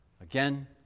Again